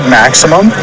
maximum